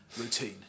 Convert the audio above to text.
routine